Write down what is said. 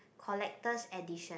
collector's edition